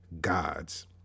gods